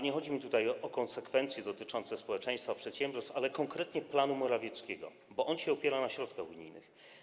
Nie chodzi mi jednak o konsekwencje dotyczące społeczeństwa, przedsiębiorstw, ale konkretnie o plan Morawieckiego, który opiera się na środkach unijnych.